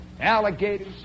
alligators